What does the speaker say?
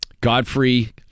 Godfrey